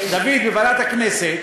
דוד, בוועדת הכנסת